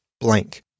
blank